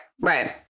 Right